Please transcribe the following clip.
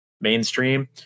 mainstream